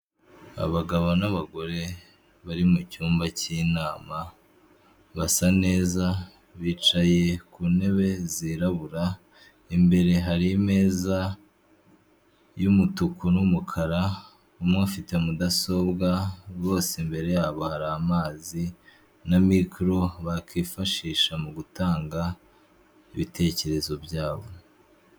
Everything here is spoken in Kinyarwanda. Abagabo n'abagore bari mucyumba cy'inama, basa neza, bicaye ku ntebe zirabura, imbere hari ameza y'umutuku n'umukara, umwe ufite mudasobwa bose imbere yabo hari amazi na micro bakifashisha mu gutanga ibitekerezo byabo.